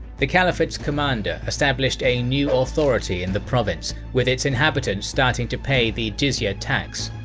the caliphate's commander established a new authority in the province, with its inhabitants starting to pay the jizya ah tax.